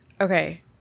okay